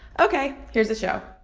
ok, here's the show